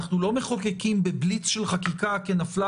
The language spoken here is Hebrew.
שופטים הרי מיומנים לדעת אם התיק והדיון